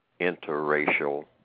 interracial